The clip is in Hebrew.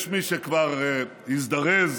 יש מי שכבר הזדרז